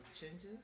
changes